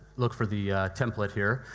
look for the template here,